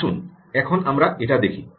আসুন এখন আমরা এটা দেখি